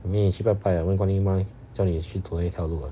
你也去拜拜问观音妈叫你去走一条路